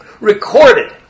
recorded